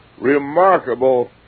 remarkable